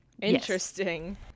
Interesting